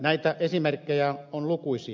näitä esimerkkejä on lukuisia